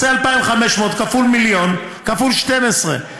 תעשה 2,500 כפול מיליון כפול 12,